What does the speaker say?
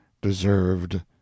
deserved